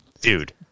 Dude